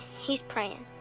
he's praying.